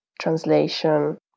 translation